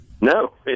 No